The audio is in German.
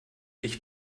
ich